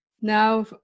now